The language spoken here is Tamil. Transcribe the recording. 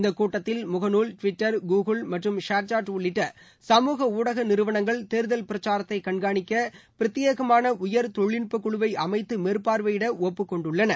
இந்தக் கூட்டத்தில் முகநூல் டிவிட்டர் கூகுல் மற்றும் ஷேர்சேட் உள்ளிட்ட சமூக ஊடக நிறுவனங்கள் தேர்தல் பிரக்சாரத்தை கண்கானிக்க பிரத்யேகமான உயர் தொழில்நுட்பக்குழுவை அளமத்து மேர்பார்வையிட ஒப்புக்கொண்டுள்ளன